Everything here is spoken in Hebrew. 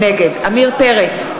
נגד עמיר פרץ,